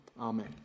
Amen